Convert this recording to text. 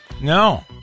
no